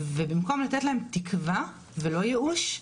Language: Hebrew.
ובמקום לתת להם תקווה ולא ייאוש,